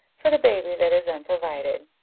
for the baby that is unprovided.